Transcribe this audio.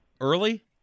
Early